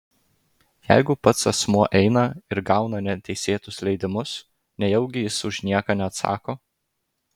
jeigu pats asmuo eina ir gauna neteisėtus leidimus nejaugi jis už nieką neatsako